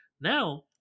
Now